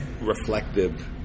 reflective